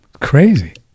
crazy